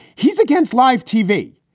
he's against live tv.